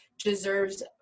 deserves